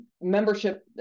membership